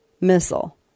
missile